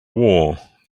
war